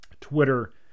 Twitter